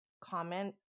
comment